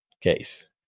case